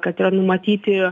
kad yra numatyti